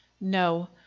No